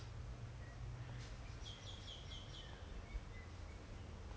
那个 because 我们不是 our the 那个